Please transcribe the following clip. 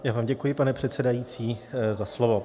Já vám děkuji, pane předsedající, za slovo.